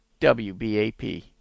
WBAP